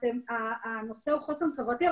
הנושא הוא חוסן חברתי,